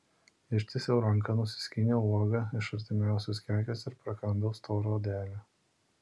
ištiesiau ranką nusiskyniau uogą iš artimiausios kekės ir prakandau storą odelę